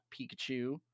Pikachu